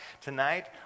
tonight